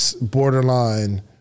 borderline